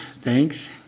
thanks